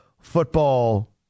football